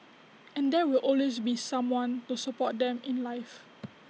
and there will always be someone to support them in life